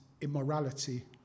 immorality